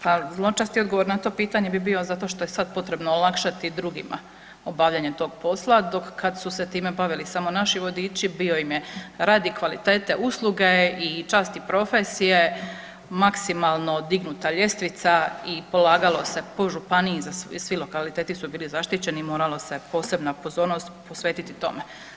Pa zločesti odgovor na to pitanje bi bio zato što je sad potrebno olakšati drugima obavljanje tog posla, dok kad su se time bavili samo naši vodiči bio im je radi kvalitete usluge i časti profesije, maksimalno dignuta ljestvica i polagalo se po županiji, svi lokaliteti su bili zaštićeni, morala se posebna pozornost posvetiti tome.